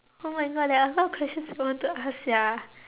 oh my god there are a lot of question I want to ask sia